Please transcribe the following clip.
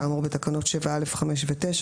כאמור בתקנות 7(א)(5) ו-(9),